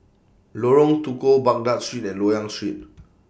Lorong Tukol Baghdad Street and Loyang Street